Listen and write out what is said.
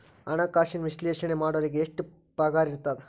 ಹಣ್ಕಾಸಿನ ವಿಶ್ಲೇಷಣೆ ಮಾಡೋರಿಗೆ ಎಷ್ಟ್ ಪಗಾರಿರ್ತದ?